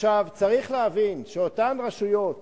צריך להבין שאותן רשויות